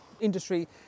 industry